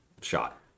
shot